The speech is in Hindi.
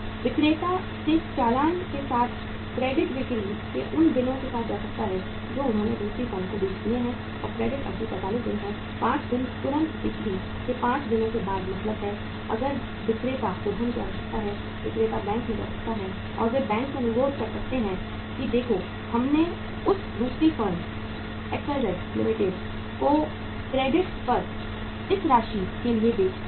विक्रेता उस चालान के साथ क्रेडिट बिक्री के उन बिलों के साथ जा सकता है जो उन्होंने दूसरी फर्म को बेच दिए हैं और क्रेडिट अवधि 45 दिन है 5 दिन तुरंत बिक्री के 5 दिनों बाद मतलब है अगर विक्रेता को धन की आवश्यकता है विक्रेता बैंक में जा सकता है और वे बैंक से अनुरोध कर सकते हैं कि देखो हमने इस दूसरी फर्म एक्सवाईजेड लिमिटेड को क्रेडिट पर इस राशि के लिए बेच दिया है